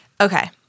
Okay